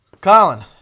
Colin